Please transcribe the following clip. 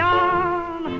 on